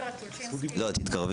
כפי